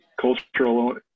cultural